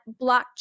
blockchain